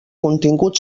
contingut